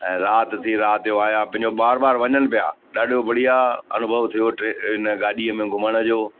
ऐं राति थी राति जो आया पंहिंजो बार बार वञनि पिया ॾाढो बढ़िया अनुभव थियो टे हिन गाॾीअ में घुमण जो